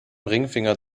ringfinger